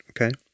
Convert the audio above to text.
Okay